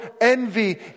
envy